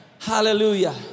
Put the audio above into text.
Hallelujah